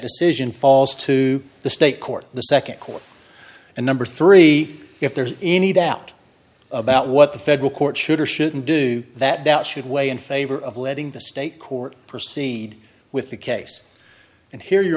decision falls to the state court the second court and number three if there's any doubt about what the federal court should or shouldn't do that should weigh in favor of letting the state court proceed with the case and hear you